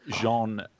Jean